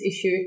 issue